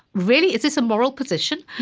really? is this a moral position?